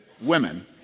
women